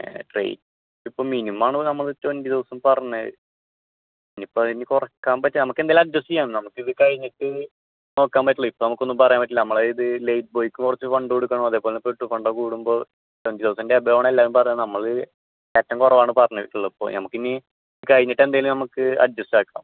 rate ഇപ്പോൾ minimum ആണ് നമ്മൾ ട്വൻറ്റി തൗസൻഡ് പറഞ്ഞത് ഇനി ഇപ്പോൾ അതിനി കുറയ്ക്കാൻ പറ്റു നമുക്ക് എന്തായാലും അഡ്ജസ്റ്റ് ചെയ്യാം നമുക്കിത് കഴിഞ്ഞിട്ട് നോക്കാൻ പറ്റുള്ളൂ ഇപ്പോൾ നമുക്കൊന്നും പറയാൻ പറ്റില്ല നമ്മൾ ഇത് ലൈറ്റ് ബോയ്ക്ക് കുറച്ച് ഫണ്ട് കൊടുക്കണം അതേപോലെ തന്നെ പെട്രോൾ ഫണ്ട് കൂടുമ്പോൾ ട്വൻറ്റി തൗസൻഡ് എബോവ് ആണ് എല്ലാവരും പറയുന്നത് നമ്മൾ ഏറ്റവും കുറവാണ് പറഞ്ഞിട്ടുള്ളത് ഇപ്പോൾ നമുക്കിനി ഇത് കഴിഞ്ഞിട്ട് എന്തെങ്കിലും നമുക്ക് അഡ്ജസ്റ്റ് ആക്കാം